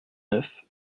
neuf